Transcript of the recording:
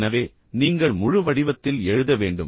எனவே நீங்கள் முழு வடிவத்தில் எழுத வேண்டும்